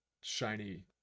shiny